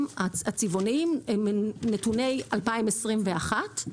הצבעוניים הם נתוני 2021,